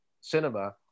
cinema